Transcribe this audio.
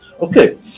Okay